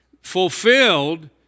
fulfilled